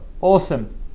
Awesome